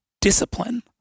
discipline